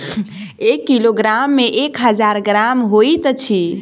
एक किलोग्राम मे एक हजार ग्राम होइत अछि